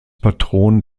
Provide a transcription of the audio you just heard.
patron